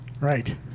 Right